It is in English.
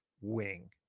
wing